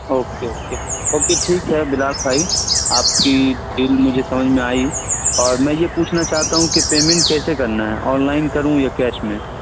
okay okay okay ٹھیک ہے بلال بھائی آپ کی ڈیل مجھے سمجھ میں آئی اور میں یہ پوچھنا چاہتا ہوں کہ پیمنٹ کیسے کرنا ہے آن لائن کروں یا کیش میں